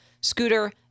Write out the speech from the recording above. scooter